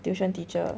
tuition teacher